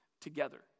together